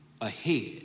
ahead